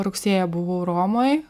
rugsėjį buvau romoj